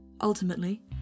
Ultimately